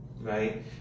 right